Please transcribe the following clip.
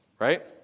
right